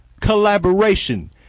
collaboration